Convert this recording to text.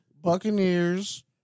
Buccaneers